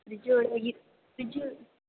ஃப்ரிட்ஜியோட fridge